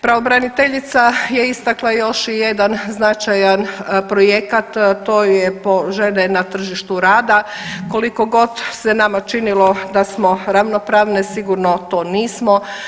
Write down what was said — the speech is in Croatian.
Pravobraniteljica je istakla još i jedan značajan projekat to je po žene na tržištu rada, koliko god se nama činilo da smo ravnopravne sigurno to nismo.